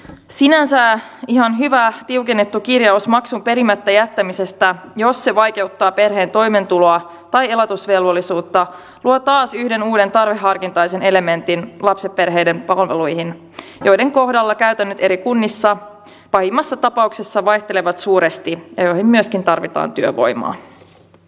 sinänsä ihan hyvä tiukennettu kirjaus maksun perimättä jättämisestä jos se vaikeuttaa perheen toimeentuloa tai elatusvelvollisuutta luo taas yhden uuden tarveharkintaisen elementin lapsiperheiden palveluihin joiden kohdalla käytännöt eri kunnissa pahimmassa tapauksessa vaihtelevat suuresti ja joihin myöskin tarvitaan työvoimaa